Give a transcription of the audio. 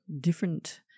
different